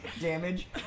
damage